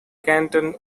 canton